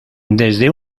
desde